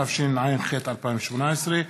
התשע"ח 2018,